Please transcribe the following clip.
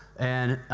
and,